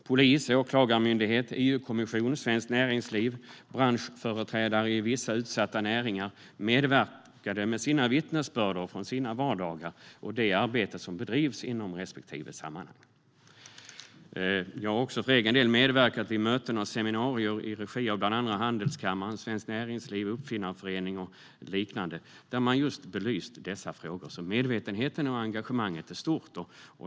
Polisen, Åklagarmyndigheten, EU-kommissionen, Svenskt Näringsliv och branschföreträdare för vissa utsatta näringar medverkade med vittnesbörd från sin vardag och det arbete som bedrivs i respektive sammanhang. Jag har för egen del medverkat i möten och seminarier i regi av bland andra Handelskammaren, Svenskt Näringsliv, Svenska Uppfinnareföreningen och liknande, där man har belyst dessa frågor. Medvetenheten är hög och engagemanget stort.